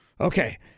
okay